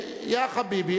יא חביבי,